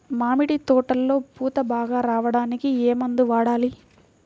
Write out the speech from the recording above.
మామిడి తోటలో పూత బాగా రావడానికి ఏ మందు వాడాలి?